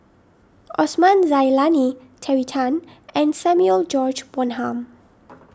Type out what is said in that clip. Osman Zailani Terry Tan and Samuel George Bonham